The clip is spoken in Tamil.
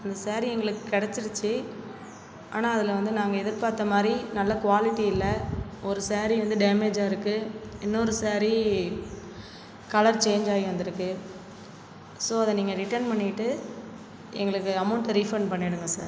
அந்த சேரீ எங்களுக்கு கிடச்சிருச்சி ஆனால் அதில் வந்து நாங்கள் எதிர்பார்த்தமாதிரி நல்ல குவாலிட்டி இல்லை ஒரு சேரீ வந்து டேமேஜ்ஜாக இருக்குது இன்னொரு சேரீ கலர் ச்சேஞ் ஆகி வந்திருக்கு ஸோ அதை நீங்கள் ரிட்டன் பண்ணிட்டு எங்களுக்கு அமௌண்ட ரீஃபண்ட் பண்ணிடுங்க சார்